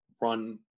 run